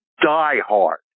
Diehard